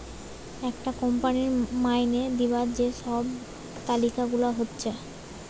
একটা কোম্পানির মাইনে দিবার যে সব তালিকা গুলা হচ্ছে